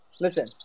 Listen